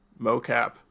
mocap